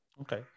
Okay